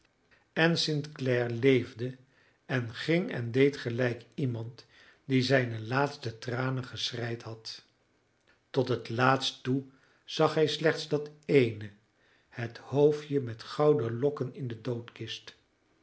en st clare leefde en ging en deed gelijk iemand die zijne laatste tranen geschreid had tot het laatst toe zag hij slechts dat eene het hoofdje met gouden lokken in de